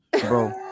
Bro